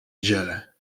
dziele